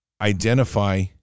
identify